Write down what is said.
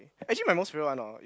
actually my most favourite one oh